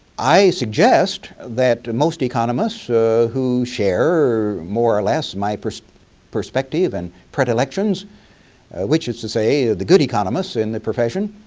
i suggest that most economists who share, more or less, my perspective and predilections which is to say yeah the good economists in the profession,